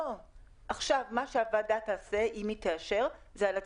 הוועדה תאשר את הארכה,